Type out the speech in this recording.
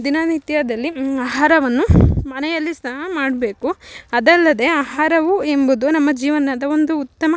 ದಿನನಿತ್ಯದಲ್ಲಿ ಆಹಾರವನ್ನು ಮನೆಯಲ್ಲಿ ಸಆ ಮಾಡ್ಬೇಕು ಅದಲ್ಲದೇ ಆಹಾರವು ಎಂಬುದು ನಮ್ಮ ಜೀವನದ ಒಂದು ಉತ್ತಮ